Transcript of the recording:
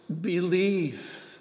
believe